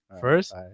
First